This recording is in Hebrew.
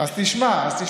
תשמע.